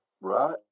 Right